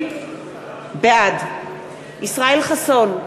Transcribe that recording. בעד ישראל חסון,